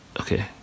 okay